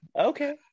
okay